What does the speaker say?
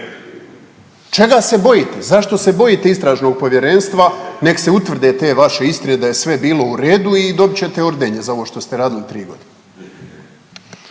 Čega se bojite, zašto se bojite istražnog povjerenstva? Nek se utvrde te vaše istine da je sve bilo u redu i dobit ćete ordenje za ovo što ste radili tri godine.